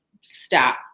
stop